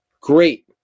Great